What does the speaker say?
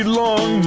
long